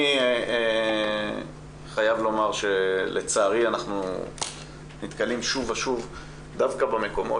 אני חייב לומר שלצערי אנחנו נתקלים שוב ושוב דווקא במקומות